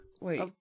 Wait